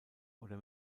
oder